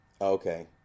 Okay